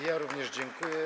Ja również dziękuję.